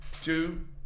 Two